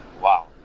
wow